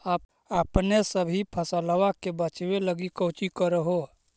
अपने सभी फसलबा के बच्बे लगी कौची कर हो?